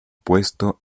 puesto